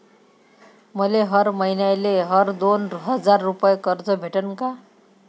मले हर मईन्याले हर दोन हजार रुपये कर्ज भेटन का?